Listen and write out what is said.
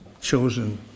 chosen